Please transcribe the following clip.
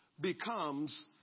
becomes